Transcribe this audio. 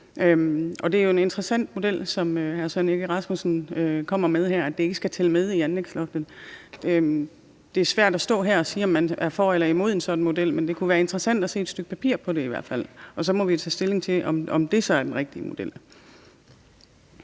Det er jo en interessant model, som hr. Søren Egge Rasmussen kommer med her, altså at det ikke skal tælle med i anlægsloftet. Det er svært at stå her og sige, om man er for eller imod en sådan model, men det kunne være interessant at se et stykke papir på det i hvert fald. Og så må vi tage stilling til, om det så er den rigtige model.